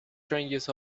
strangest